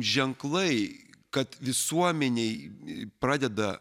ženklai kad visuomenėj pradeda